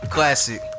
Classic